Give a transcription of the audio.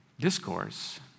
discourse